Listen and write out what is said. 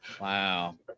Wow